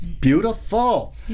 Beautiful